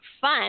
fun